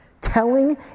telling